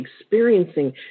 experiencing